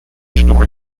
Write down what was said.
story